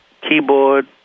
keyboard